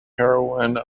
heroine